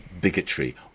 bigotry